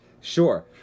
Sure